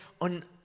on